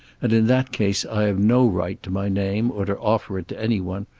and in that case i have no right to my name, or to offer it to any one,